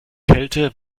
kälte